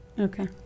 Okay